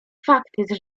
fakty